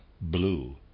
blue